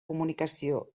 comunicació